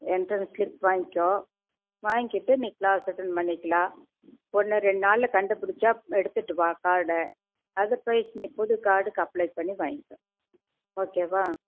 entrance slip வாய்ங்க்கோ வாய்ங்க்கிட்டு நீ கிளாஸ் அட்டன் பண்ணிக்கலா ஒன்று ரெண் நாளில் கண்டுப் புடிச்சா எடுத்துகிட்டு வா கார்டை அதர் வைய்ஸ் நீ புது கார்டுக்கு அப்ளை பண்ணி வாய்ங்க்கோ ஓகேவா